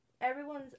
Everyone's